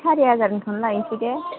सारि हाजारनिखौनो लायनिसै दे